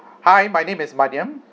hi my name is maniam